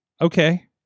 Okay